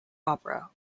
opera